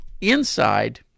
inside